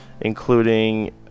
including